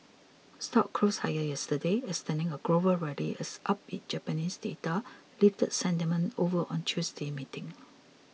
stocks closed higher yesterday extending a global rally as upbeat Japanese data lifted sentiment over on Tuesday's meeting